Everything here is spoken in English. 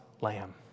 lamb